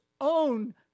own